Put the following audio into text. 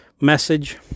message